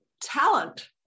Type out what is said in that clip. Talent